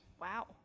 Wow